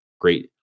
great